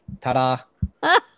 Ta-da